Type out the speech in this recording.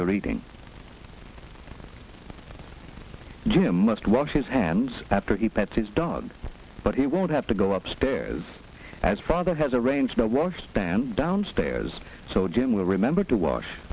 you're eating jim must wash his hands after he puts his dog but he won't have to go up stairs as father has arranged no worse than downstairs so jim will remember to wash